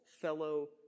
fellow